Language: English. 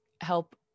help